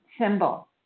symbol